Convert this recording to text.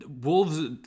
Wolves